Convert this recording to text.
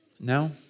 no